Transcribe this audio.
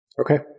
Okay